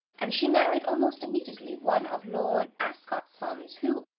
and she married almost immediately one of lord ascot's sons, who,